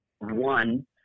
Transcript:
one